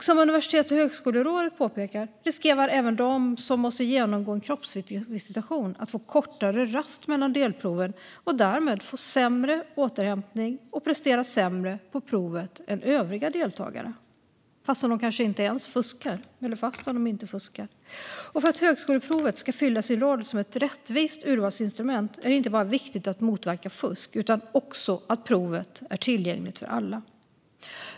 Som Universitets och högskolerådet påpekar riskerar de som måste genomgå en kroppsvisitation även att få kortare rast mellan delproven och därmed få sämre återhämtning och prestera sämre på provet än övriga deltagare fastän de inte fuskar. För att högskoleprovet ska fylla sin roll som ett rättvist urvalsinstrument är det inte bara viktigt att motverka fusk utan också att provet är tillgängligt för alla.